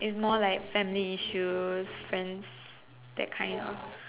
it's more like family issues friends that kind of